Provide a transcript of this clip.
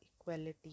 equality